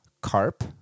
carp